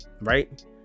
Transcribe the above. right